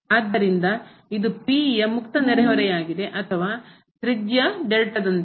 ಆದ್ದರಿಂದ ಇದು P ಯ ಮುಕ್ತ ನೆರೆಹೊರೆಯಾಗಿದೆ ಅಥವಾ ತ್ರಿಜ್ಯ ದೊಂದಿಗೆ